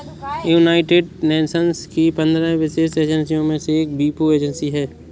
United Nations की पंद्रह विशेष एजेंसियों में से एक वीपो एजेंसी है